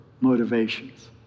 motivations